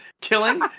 killing